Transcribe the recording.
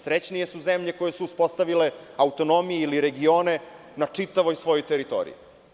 Srećnije su zemlje koje su uspostavile autonomije ili regione na čitavoj svojoj teritoriji.